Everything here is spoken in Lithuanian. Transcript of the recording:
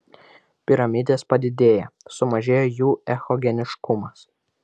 piramidės padidėja sumažėja jų echogeniškumas